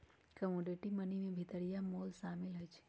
commodity money में भितरिया मोल सामिल होइ छइ